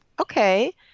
okay